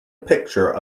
picture